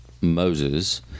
Moses